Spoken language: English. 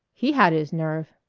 he had his nerve.